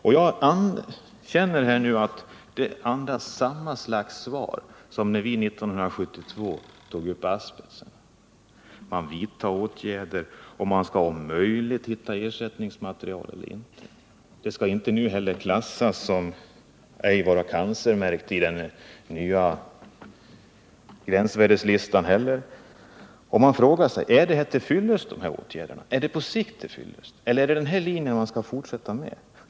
Och jag känner att svaret andas samma slags tongångar som när vi 1972 tog upp asbest. Man vidtar åtgärder och skall om möjligt hitta ersättningsmaterial. Men ämnet skall inte heller nu klassas som cancerframkallande i den nya gränsvärdeslistan. Man måste fråga sig: Är de här åtgärderna till fyllest på sikt? Är det den här linjen man skall fortsätta med?